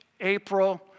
April